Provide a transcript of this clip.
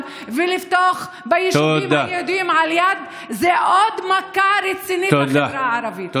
ולפתוח ביישובים היהודיים על יד זו עוד מכה רצינית לחברה הערבית.